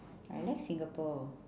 I like singapore